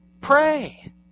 Pray